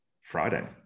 Friday